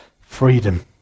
freedom